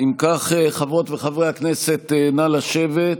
אם כך, חברות וחברי הכנסת, נא לשבת.